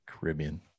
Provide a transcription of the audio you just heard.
Caribbean